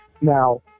now